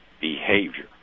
behavior